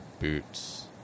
Boots